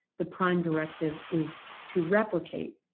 the prime directive is to replicate.